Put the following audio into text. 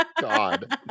God